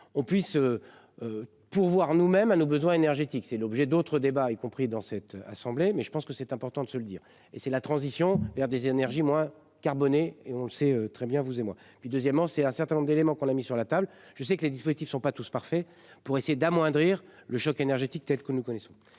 on puisse. Pourvoir nous-mêmes à nos besoins énergétiques, c'est l'objet d'autres débats, y compris dans cette assemblée, mais je pense que c'est important de se le dire et c'est la transition vers des énergies moins carbonées et on le sait très bien, vous et moi, et puis deuxièmement, c'est un certain nombre d'éléments qu'on a mis sur la table. Je sais que les dispositifs sont pas tous parfaits pour essayer d'amoindrir le choc énergétique telles que nous connaissons